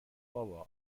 بابا